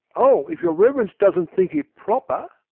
oh, if your reverence doesn't think it proper